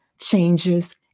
changes